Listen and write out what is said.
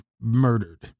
murdered